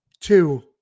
two